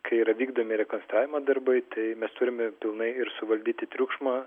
kai yra vykdomi rekonstravimo darbai tai mes turime pilnai ir suvaldyti triukšmą